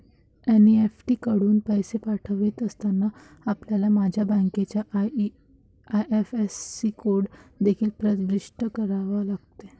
NEFT कडून पैसे पाठवित असताना, आपल्याला माझ्या बँकेचा आई.एफ.एस.सी कोड देखील प्रविष्ट करावा लागेल